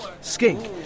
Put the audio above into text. Skink